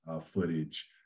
footage